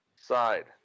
side